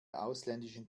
ausländischen